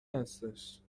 هستش